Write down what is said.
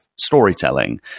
storytelling